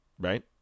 right